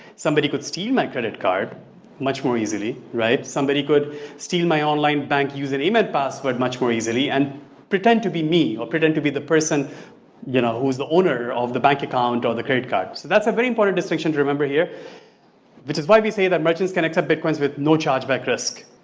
somebody could steal my credit card much more easily right? somebody could steal my online bank using email password much more easily and pretend to be me or pretend to be the person you know who is the owner of the bank account or the credit card that's a very important distinction to remember here which is why we say that merchants can accept bitcoins with no charge back risk.